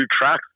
tracks